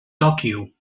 tòquio